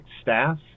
staff